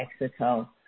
Mexico